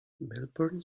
melbourne